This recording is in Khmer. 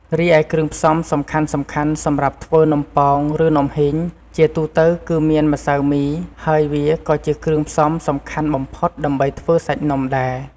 រីឯគ្រឿងផ្សំសំខាន់ៗសម្រាប់ធ្វើនំប៉ោង ឬ នំហុីង ជាទូទៅគឺមានម្សៅមី ហើយវាក៏ជាគ្រឿងផ្សំសំខាន់បំផុតដើម្បីធ្វើសាច់នំដែរ។